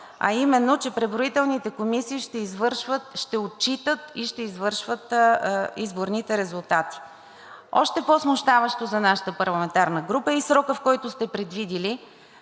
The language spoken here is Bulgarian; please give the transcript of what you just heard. а именно, че преброителните комисии ще отчитат и ще извършват изборните резултати. Още по-смущаващ за нашата парламентарна група е и срокът, в който сте предвидили